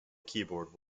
keyboard